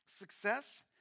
Success